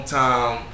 time